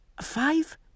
five